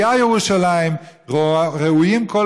ראויה ירושלים,